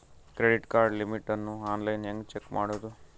Credit card limit ಅನ್ನು online ಹೆಂಗ್ check ಮಾಡೋದು?